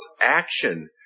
action